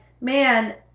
man